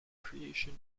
creation